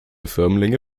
firmlinge